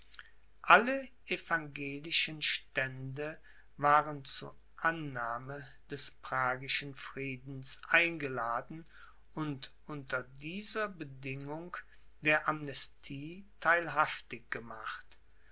alle evangelischen stände waren zu annahme des pragischen friedens eingeladen und unter dieser bedingung der amnestie theilhaftig gemacht